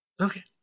Okay